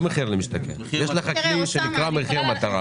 יש כלי שנקרא מחיר מטרה.